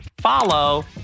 follow